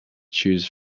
choose